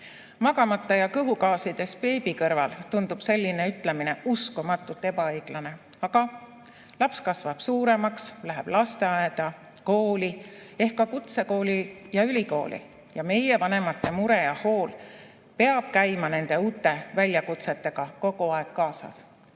Magamata ja kõhugaasides beebi kõrval tundub selline ütlemine uskumatult ebaõiglane, aga laps kasvab suuremaks, läheb lasteaeda, kooli, ehk ka kutsekooli ja ülikooli. Ja meie, vanemate mure ja hool peab käima nende uute väljakutsetega kogu aeg kaasas,